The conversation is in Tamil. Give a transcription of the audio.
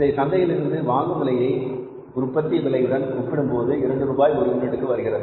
இதை சந்தையில் இருந்து வாங்கும் விலையை உற்பத்தி விலையுடன் ஒப்பிடும் போது இரண்டு ரூபாய் ஒரு யூனிட்டிற்கு வருகிறது